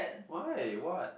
why what